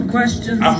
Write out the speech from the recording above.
Questions